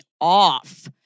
off